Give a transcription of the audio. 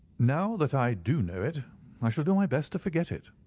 now that i do know it i shall do my best to forget it.